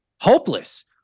hopeless